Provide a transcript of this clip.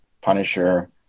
Punisher